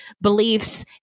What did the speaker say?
beliefs